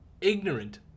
ignorant